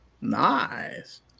Nice